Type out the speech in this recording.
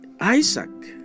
Isaac